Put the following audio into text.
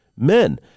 men